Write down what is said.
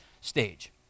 stage